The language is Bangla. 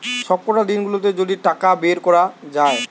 সবকটা দিন গুলাতে যদি টাকা বের কোরা যায়